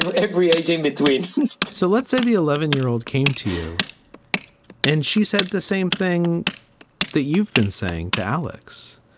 every age in between so let's say the eleven year old came to you and she said the same thing that you've been saying to alex.